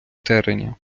тереня